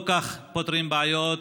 לא כך פותרים בעיות,